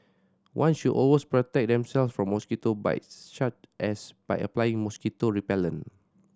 one should protect themselves from mosquito bites as by applying mosquito repellent